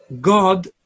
God